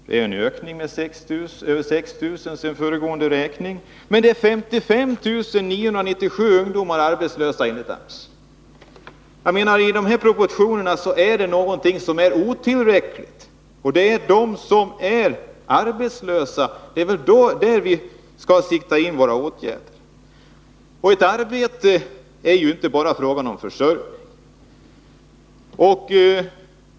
Det är en ökning med över 6 000 sedan föregående räkning. Men 55 997 ungdomar är arbetslösa. Dessa proportioner visar att någonting är otillräckligt. Det är på de arbetslösa som vi skall inrikta våra åtgärder. Ett arbete är inte bara en fråga om försörjning.